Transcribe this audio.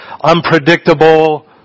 unpredictable